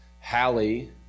Hallie